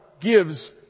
gives